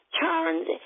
turns